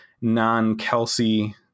non-Kelsey